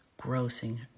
grossing